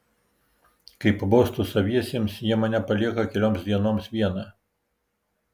kai pabostu saviesiems jie mane palieka kelioms dienoms vieną